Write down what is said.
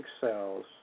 cells